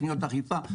תוכניות אכיפה,